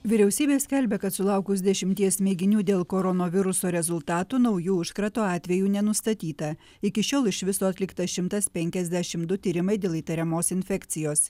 vyriausybė skelbia kad sulaukus dešimties mėginių dėl koronaviruso rezultatų naujų užkrato atvejų nenustatyta iki šiol iš viso atlikta šimtas penkiasdešimt du tyrimai dėl įtariamos infekcijos